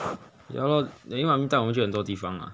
ya lor 因为 mummy 带我们去很多地方 mah